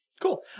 Cool